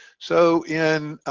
so in